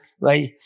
right